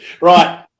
right